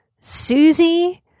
Susie